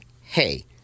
Hey